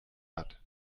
hat